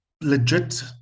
legit